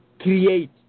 create